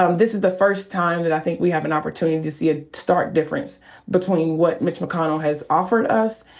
um this is the first time that i think we have an opportunity to see a stark difference between what mitch mcconnell has offered us,